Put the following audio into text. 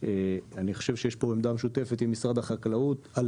אני חושב שיש פה עמדה משותפת עם משרד החקלאות על,